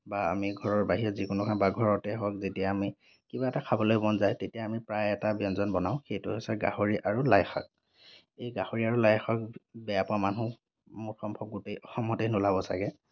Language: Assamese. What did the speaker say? বা আমি ঘৰৰ বাহিৰত যিকোনো কাৰোবাৰ ঘৰতে হওক যেতিয়া আমি কিবা এটা খাবলৈ মন যায় তেতিয়া আমি প্ৰায় এটা ব্য়ঞ্জন বনাওঁ সেইটো হৈছে গাহৰি আৰু লাই শাক এই গাহৰি আৰু লাই শাক বেয়া পোৱা মানুহ মোৰ সম্ভৱ গোটেই অসমতেই নোলাব চাগৈ